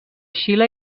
xile